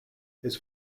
his